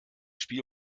spiel